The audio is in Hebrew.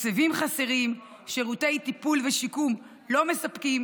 תקציבים חסרים, שירותי טיפול ושיקום לא מספקים,